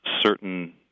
Certain